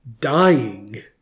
dying